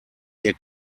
ihr